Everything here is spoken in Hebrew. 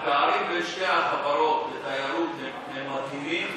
הפערים בין שתי החברות בתיירות הם עצומים.